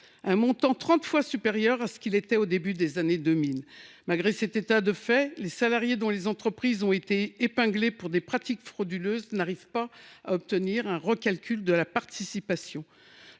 un montant trente fois supérieur à ce qu’il était au début des années 2000. Malgré cet état de fait, les salariés travaillant dans des entreprises qui ont été épinglées pour des pratiques frauduleuses n’arrivent pas à obtenir un recalcul de la participation.